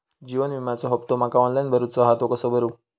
जीवन विम्याचो हफ्तो माका ऑनलाइन भरूचो हा तो कसो भरू?